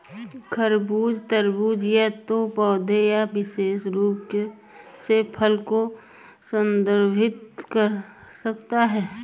खरबूज, तरबूज या तो पौधे या विशेष रूप से फल को संदर्भित कर सकता है